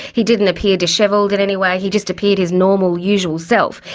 he didn't appear dishevelled in any way, he just appeared his normal, usual self,